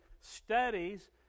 studies